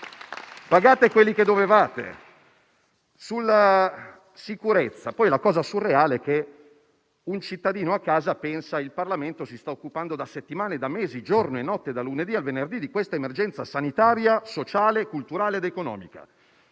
pagate quelli che dovevate. La cosa surreale è poi che un cittadino a casa pensa che il Parlamento si stia occupando da settimane e da mesi, giorno e notte dal lunedì al venerdì, di questa emergenza sanitaria, sociale, culturale ed economica.